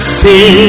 see